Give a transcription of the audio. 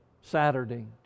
Saturday